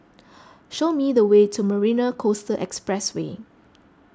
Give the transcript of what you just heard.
show me the way to Marina Coastal Expressway